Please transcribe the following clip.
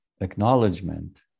acknowledgement